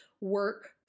work